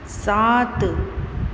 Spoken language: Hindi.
सात